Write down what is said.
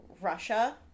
russia